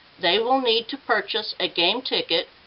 they will need to purchase a game ticket,